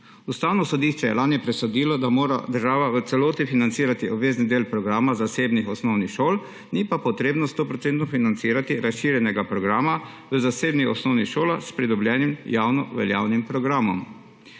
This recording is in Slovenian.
Ustavno sodišče je lani presodilo, da mora država v celoti financirati obvezni del programa zasebnih osnovnih šol, ni pa potrebno 100 % financirati razširjenega programa v zasebnih osnovnih šolah s pridobljenim javnoveljavnim programom.